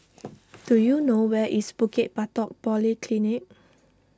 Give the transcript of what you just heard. do you know where is Bukit Batok Polyclinic